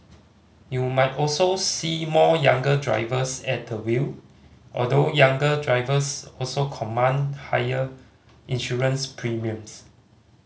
you might also see more younger drivers at the wheel although younger drivers also command higher insurance premiums